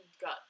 gut